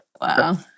Wow